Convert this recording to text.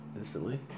instantly